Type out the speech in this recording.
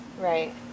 Right